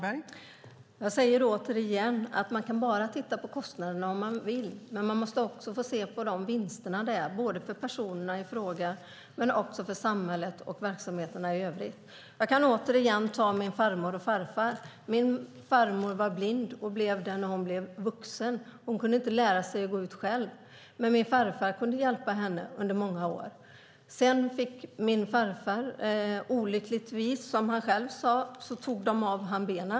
Fru talman! Man kan bara titta på kostnaderna om man vill, men man måste också se vinsterna för personerna i fråga, för samhället och för verksamheterna i övrigt. Jag kan återigen ta upp exemplet med min farmor och farfar. Min farmor blev blind i vuxen ålder. Hon kunde inte lära sig att gå ut på egen hand. Men min farfar kunde under många år hjälpa henne. Sedan tog de av benen för farfar - olyckligtvis, som han själv sade.